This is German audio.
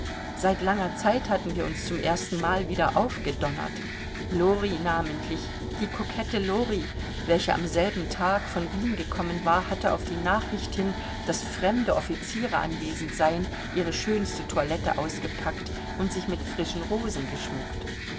seit langer zeit hatten wir uns zum erstenmal wieder aufgedonnert lori namentlich die kokette lori welche am selben tag von wien gekommen war hatte auf die nachricht hin daß fremde offiziere anwesend seien ihre schönste toilette ausgepackt und sich mit frischen rosen geschmückt